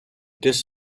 this